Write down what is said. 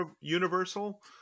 universal